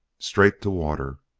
straight to water.